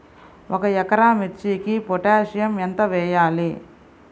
ఒక ఎకరా మిర్చీకి పొటాషియం ఎంత వెయ్యాలి?